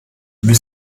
wir